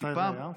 מתי זה היה?